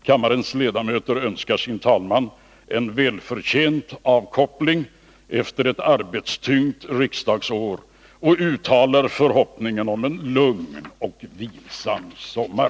Kammarens ledamöter önskar sin talman en välförtjänt avkoppling efter ett arbetstyngt riksdagsår och uttalar förhoppningen om en lugn och vilsam sommar.